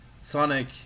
Sonic